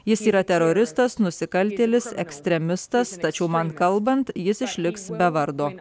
jis yra teroristas nusikaltėlis ekstremistas tačiau man kalbant jis išliks be vardo